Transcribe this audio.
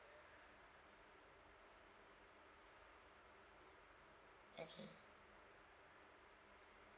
okay